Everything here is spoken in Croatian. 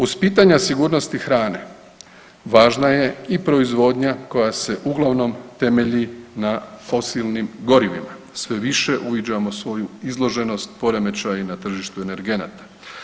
Uz pitanja sigurnosti hrane, važna je i proizvodnja koja se uglavnom temelji na fosilnim gorivima, sve više uviđamo svoju izloženost poremećaju na tržištu energenata.